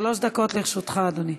שלוש דקות לרשותך, אדוני.